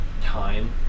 time